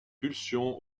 pulsions